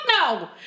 no